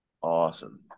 awesome